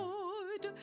Lord